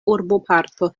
urboparto